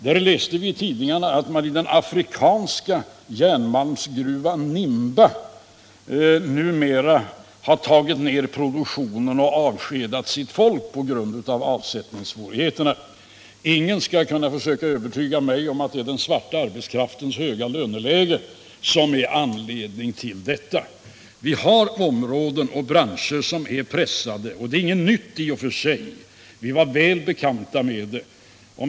Men vi kan också läsa i tidningarna att man i den afrikanska järnmalmsgruvan Nimba numera har tagit ner produktionen och avskedat folk på grund av avsättningssvårigheterna. Ingen skall försöka övertyga mig om att det är den svarta arbetskraftens höga löneläge som är anledning till detta. Vi har områden och branscher som är pressade, och det är inget nytt i och för sig; vi är väl bekanta med det.